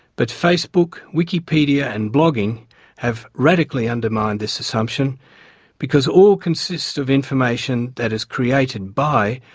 but facebook, wikipedia and blogging have radically undermined this assumption because all consist of information that is created by,